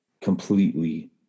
completely